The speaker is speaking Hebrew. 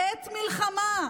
בעת מלחמה,